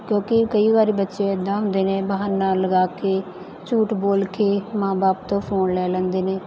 ਕਿਉਂਕਿ ਕਈ ਵਾਰ ਬੱਚੇ ਇੱਦਾਂ ਹੁੰਦੇ ਨੇ ਬਹਾਨਾ ਲਗਾ ਕੇ ਝੂਠ ਬੋਲ ਕੇ ਮਾਂ ਬਾਪ ਤੋਂ ਫੋਨ ਲੈ ਲੈਂਦੇ ਨੇ